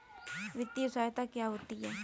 वित्तीय सहायता क्या होती है?